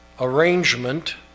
arrangement